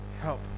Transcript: help